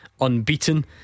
Unbeaten